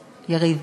יריב,